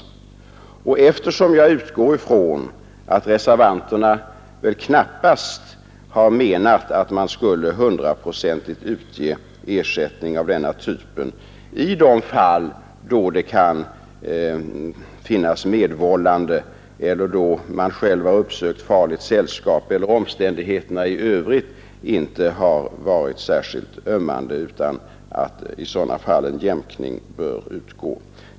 Jag utgår också från att reservanterna knappast har menat att man skulle hundraprocentigt utge ersättning av denna typ i de fall då det kan finnas medvållande eller då man själv har uppsökt farligt sällskap eller omständigheterna i övrigt inte varit särskilt ömmande, utan att i sådana fall en jämkning bör ske.